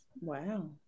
wow